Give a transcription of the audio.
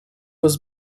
was